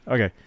Okay